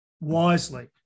wisely